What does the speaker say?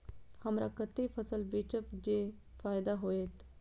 हमरा कते फसल बेचब जे फायदा होयत?